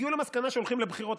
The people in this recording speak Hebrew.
הגיעו למסקנה שהולכים לבחירות,